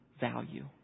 value